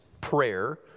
prayer